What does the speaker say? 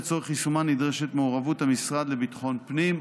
לצורך יישומן נדרשת מעורבות המשרד לביטחון הפנים,